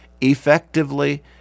effectively